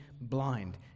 blind